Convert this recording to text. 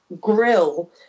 grill